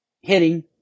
hitting